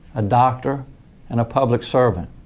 a doctor and a public servant.